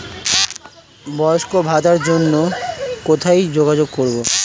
বয়স্ক ভাতার জন্য কোথায় যোগাযোগ করব?